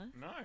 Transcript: No